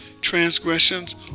transgressions